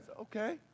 Okay